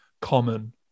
common